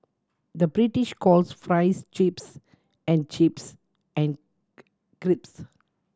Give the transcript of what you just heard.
the British calls fries chips and chips and crisps